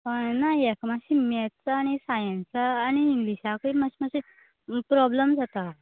कळ्ळें ना हेका मातशें मॅत्साक आमी सायंस आनी इंग्लीशाकय मात्शें मात्शें प्रोब्लेम जाता